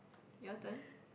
your turn